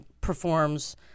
performs